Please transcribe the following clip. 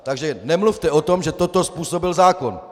Takže nemluvte o tom, že toto způsobil zákon.